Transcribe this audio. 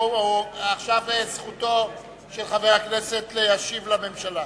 עכשיו זכותו של חבר הכנסת להשיב לממשלה.